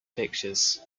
pictures